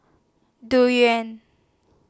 Durian